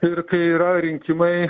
ir kai yra rinkimai